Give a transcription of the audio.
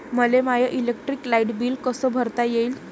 मले माय electric light bill कस भरता येईल?